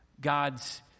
God's